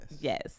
Yes